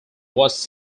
was